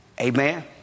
Amen